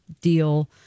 deal